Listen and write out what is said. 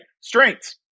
strengths